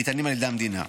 הניתנים על ידי המדינה.